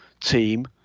team